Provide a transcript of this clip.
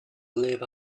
live